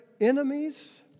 enemies